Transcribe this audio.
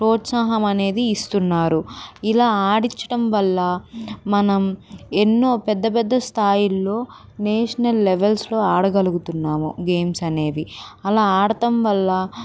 ప్రోత్సాహం అనేది ఇస్తున్నారు ఇలా ఆడించటం వల్ల మనం ఎన్నో పెద్ద పెద్ద స్థాయిల్లో నేషనల్ లెవెల్స్లో ఆడగలుగుతున్నాము గేమ్స్ అనేవి అలా ఆడటం వల్ల